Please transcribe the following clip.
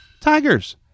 tigers